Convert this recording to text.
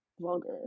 vulgar